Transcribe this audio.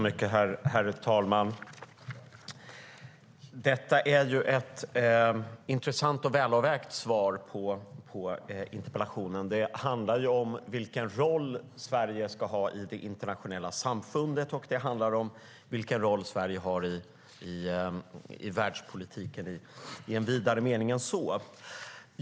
Herr talman! Det är ett intressant och välavvägt svar på interpellationen. Det handlar om vilken roll Sverige ska ha i det internationella samfundet och vilken roll Sverige har i världspolitiken i vidare mening än så.